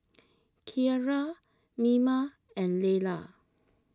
Keara Mima and Layla